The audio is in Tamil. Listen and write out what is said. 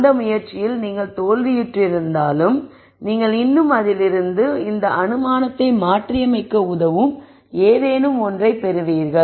அந்த முயற்சியில் நீங்கள் தோல்வியுற்றிருந்தாலும் நீங்கள் இன்னும் அதில் இருந்து இந்த அனுமானத்தை மாற்றியமைக்க உதவும் ஏதேனும் ஒன்றைப் பெற்றுள்ளீர்கள்